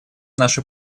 нашу